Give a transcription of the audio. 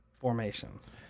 formations